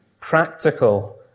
practical